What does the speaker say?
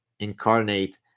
Incarnate